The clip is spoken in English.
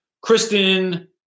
Kristen